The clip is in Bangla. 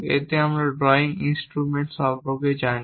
এতে আমরা ড্রয়িং ইনস্ট্রুমেন্ট সম্পর্কে জানি